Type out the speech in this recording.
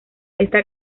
esta